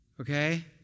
okay